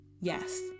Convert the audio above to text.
Yes